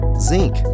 zinc